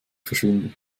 verschwinde